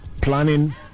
planning